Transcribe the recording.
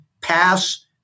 pass